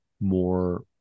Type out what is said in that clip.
more